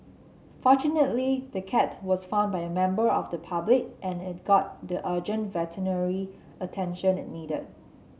fortunately the cat was found by a member of the public and it got the urgent veterinary attention it needed